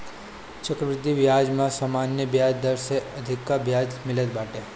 चक्रवृद्धि बियाज में सामान्य बियाज दर से अधिका बियाज मिलत बाटे